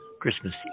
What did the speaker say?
Christmas